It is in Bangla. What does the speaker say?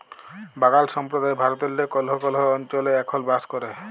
বাগাল সম্প্রদায় ভারতেল্লে কল্হ কল্হ অলচলে এখল বাস ক্যরে